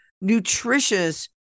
nutritious